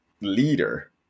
leader